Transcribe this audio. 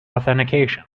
authentication